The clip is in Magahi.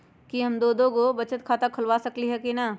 कि हम दो दो गो बचत खाता खोलबा सकली ह की न?